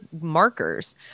markers